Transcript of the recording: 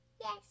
yes